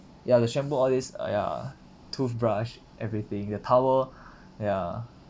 ya the shampoo all this uh ya toothbrush everything the towel ya